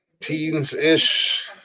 teens-ish